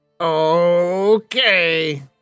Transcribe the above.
Okay